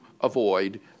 avoid